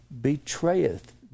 betrayeth